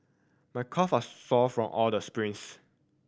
my calve are sore from all the springs